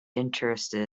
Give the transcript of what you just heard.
interested